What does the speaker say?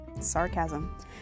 sarcasm